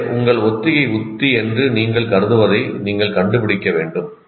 எனவே உங்கள் ஒத்திகை உத்தி என்று நீங்கள் கருதுவதை நீங்கள் கண்டுபிடிக்க வேண்டும்